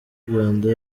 rwanda